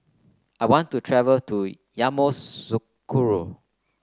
I want to travel to Yamoussoukro